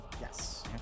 Yes